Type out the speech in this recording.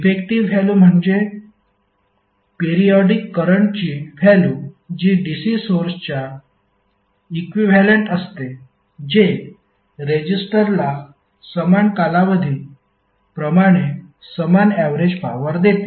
effective value म्हणजे periodic करंटची value जी DC सोर्सच्या इक्विव्हॅलेंट असते जे रेजिस्टरला समान कालावधी प्रमाणे समान ऍवरेज पॉवर देते